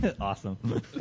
awesome